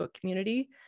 community